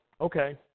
okay